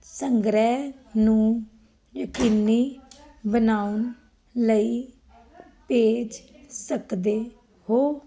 ਸੰਗ੍ਰਹਿ ਨੂੰ ਯਕੀਨੀ ਬਣਾਉਣ ਲਈ ਭੇਜ ਸਕਦੇ ਹੋ